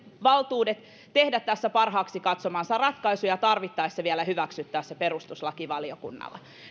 valtuudet tehdä tässä parhaaksi katsomiansa ratkaisuja ja tarvittaessa vielä hyväksyttää ne perustuslakivaliokunnalla